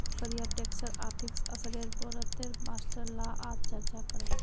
कर या टैक्सेर आर्थिक असरेर बारेत मास्टर ला आज चर्चा करबे